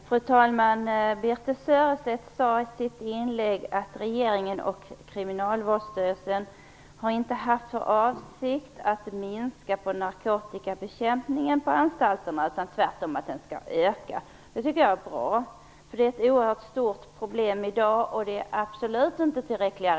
Fru talman! Birthe Sörestedt sade i sitt inlägg att regeringen och Kriminalvårdsstyrelsen inte har haft för avsikt att minska på narkotikabekämpningen på anstalterna utan att den tvärtom skall öka. Jag tycker att det är bra, eftersom det gäller ett i dag oerhört stort problem och de resultat som man uppnår absolut inte är tillräckliga.